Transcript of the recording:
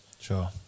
Sure